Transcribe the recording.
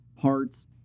parts